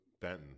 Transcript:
Benton